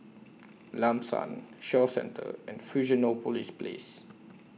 Lam San Shaw Centre and Fusionopolis Place